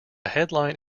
headline